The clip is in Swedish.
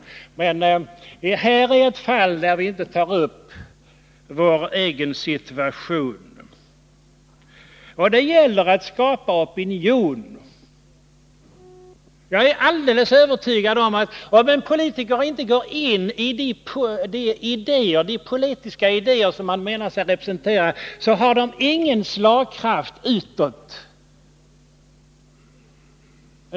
Men här är ett fall där vi tar upp vår egen situation. Och det gäller att skapa opinion. Jag är alldeles övertygad om att om en politiker inte själv går in i de politiska idéer som han rekommenderar andra är han helt utan slagkraft utåt.